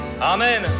Amen